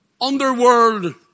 underworld